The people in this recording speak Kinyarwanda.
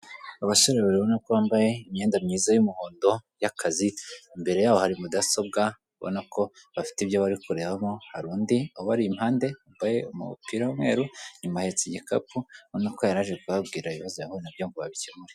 Abasore babiri ubona ko bambaye imyenda myiza y'umuhondo y'akazi, imbere yabo hari mudasobwa ubona ko bafite ibyo bari kurebamo hari undi ubari impande wambaye umupira w'umweru inyuma ahetsa igikapu noneho ko yaje kubabwira ibibazo yahu nabyo ngo babikemure.